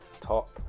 top